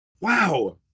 Wow